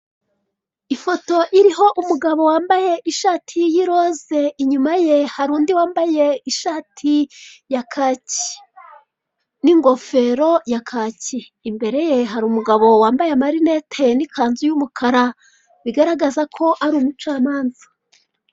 Ifoto iriho umugabo wambaye ishati yiroze inyuma ye harundi wambaye ishati ya kacyi n'ingofero ya kacyi, imbere ye hari umugabo wambaye amarinete n'ikanzu y'umukara bigaragaza ko ari umucamanza.